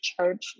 church